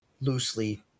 loosely